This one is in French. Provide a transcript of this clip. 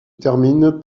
termine